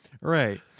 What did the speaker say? right